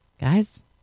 guys